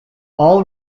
all